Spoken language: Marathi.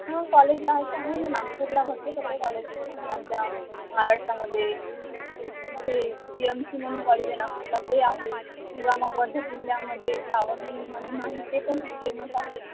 हां कॉलेज आहेत आहे ना नागपूरला भरपूर सगळे कॉलेजीस आहे आपल्या महाराष्ट्रामध्ये एक तिथे जी एम सी म्हणून कॉलेज आहे नागपूरला ते आहे किंवा मग वर्धा जिल्ह्यामध्ये सावंगी म्हणून आहे ते पण खूप फेमस आहे